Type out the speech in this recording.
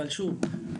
אבל שוב,